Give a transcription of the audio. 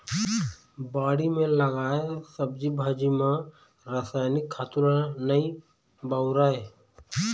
बाड़ी म लगाए सब्जी भाजी म रसायनिक खातू ल नइ बउरय